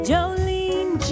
Jolene